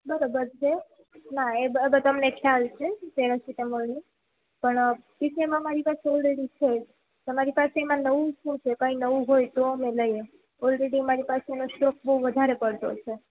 બરોબર છે ના એ બધા અમને ખ્યાલ છે પેરાસિટામોલનું પણ ઈથેમાં મારા પાસે ઓલરેડી છે તમારી પાસે એમાં નવું શું છે કંઈ નવું હોય તો અમે લઈએ ઓલરેડી એનો સ્ટોક બહુ વધારે પડતો છે